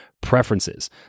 preferences